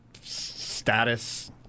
status